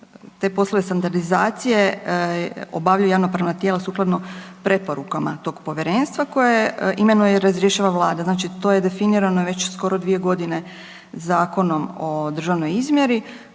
te poslovi standardizacije obavljaju javnopravna tijela sukladno preporukama tog Povjerenstva koje imenuje i razrješava Vlada. Znači to je definirano već skoro 2 godine Zakonom o državnoj izmjeri